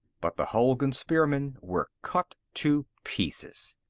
but the hulgun spearmen were cut to pieces.